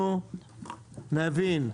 אנחנו נבין,